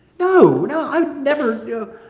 no, no, i would never.